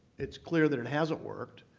it's clear that it hasn't worked.